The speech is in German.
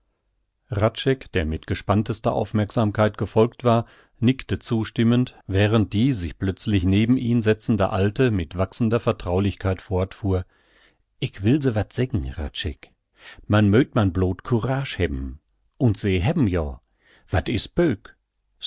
der mit gespanntester aufmerksamkeit gefolgt war nickte zustimmend während die sich plötzlich neben ihn setzende alte mit wachsender vertraulichkeit fortfuhr ick will se wat seggen hradscheck man möt man blot kurasch hebben un se